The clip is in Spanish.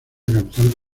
capital